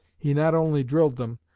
he not only drilled them,